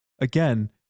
again